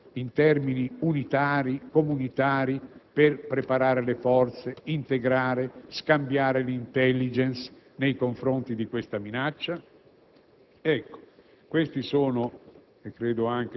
Non ho sentito alcun riferimento sullo sforzo di partecipazione ad iniziative per la lotta al terrorismo in ambito europeo. Sarebbe opportuno che ci si rendesse conto